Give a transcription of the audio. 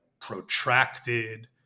protracted